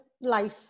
life